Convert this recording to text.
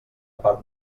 part